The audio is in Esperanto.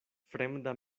fremda